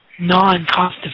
non-cost